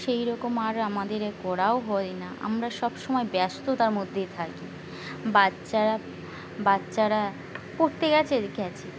সেইরকম আর আমাদের করাও হয় না আমরা সবসময় ব্যস্ততার মধ্যেই থাকি বাচ্চারা বাচ্চারা পড়তে গেছে গেছে